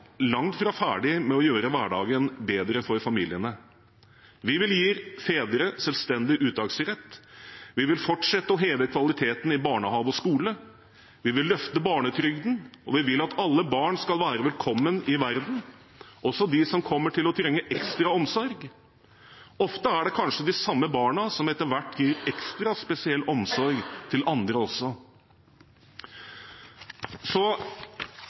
langt fra ferdig med å gjøre hverdagen bedre for familiene. Vi vil gi fedre selvstendig uttaksrett, vi vil fortsette å heve kvaliteten i barnehage og skole, vi vil løfte barnetrygden, og vi vil at alle barn skal være velkomne i verden, også de som kommer til å trenge ekstra omsorg. Ofte er det kanskje de samme barna som etter hvert gir ekstra spesiell omsorg til andre. Så